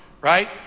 Right